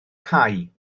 cau